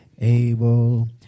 able